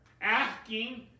Asking